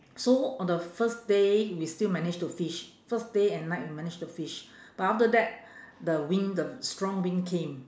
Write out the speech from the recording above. so on the first day we still managed to fish first day and night we managed to fish but after that the wind the strong wind came